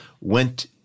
went